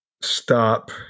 stop